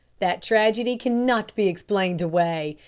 that tragedy cannot be explained away.